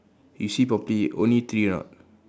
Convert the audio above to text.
you see properly only three or not